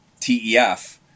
TEF